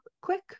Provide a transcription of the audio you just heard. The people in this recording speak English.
quick